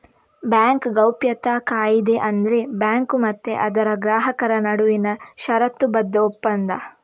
bank ಗೌಪ್ಯತಾ ಕಾಯಿದೆ ಅಂದ್ರೆ ಬ್ಯಾಂಕು ಮತ್ತೆ ಅದರ ಗ್ರಾಹಕರ ನಡುವಿನ ಷರತ್ತುಬದ್ಧ ಒಪ್ಪಂದ